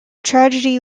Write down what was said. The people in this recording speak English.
tragedy